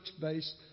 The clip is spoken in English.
based